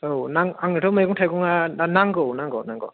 औ आंनो थ' मैगं थागं आ दा नांगौ नांगौ